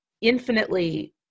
infinitely